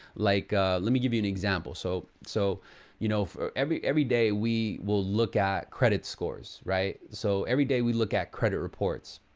like ah let me give you an example. so, so you know every every day, we will look at credit scores, right? so every day, we look at credit reports.